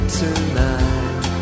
tonight